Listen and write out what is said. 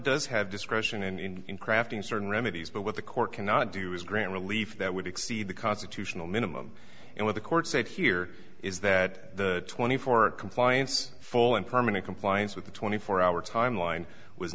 does have discretion in crafting certain remedies but what the court cannot do is grant relief that would exceed the constitutional minimum and what the court said here is that the twenty four compliance full and permanent compliance with the twenty four hour timeline w